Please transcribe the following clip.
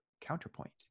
counterpoint